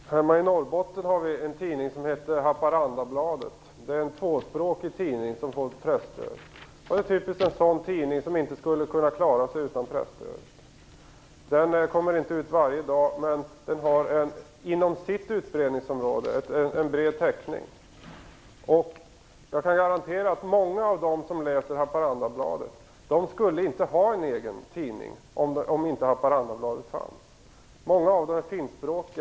Fru talman! Hemma i Norrbotten har vi en tidning som heter Haparandabladet. Det är en tvåspråkig tidning som har fått presstöd. Det är en typisk sådan tidning som inte skulle kunna klara sig utan presstöd. Den kommer inte ut varje dag, men inom sitt utbredningsområde har den en bred täckning. Jag kan garantera att många av dem som läser Haparandabladet inte skulle ha en egen tidning om inte Haparandabladet fanns. Många av dem är finskspråkiga.